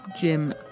Jim